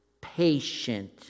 patient